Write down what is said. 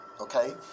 okay